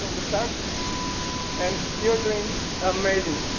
the start and you're doing amazing!